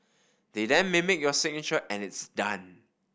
they then mimic your signature and it's done